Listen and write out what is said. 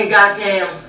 Goddamn